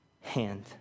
hand